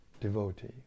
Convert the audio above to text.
devotee